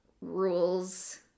rules